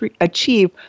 achieve